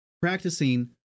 practicing